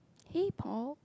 hey Paul